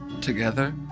together